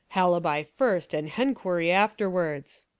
halibi first and henquiry afterwards,